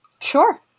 Sure